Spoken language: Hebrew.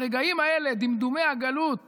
ברגעים האלה, דמדומי הגלות